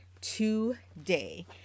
today